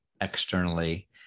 externally